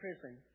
prison